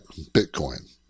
Bitcoin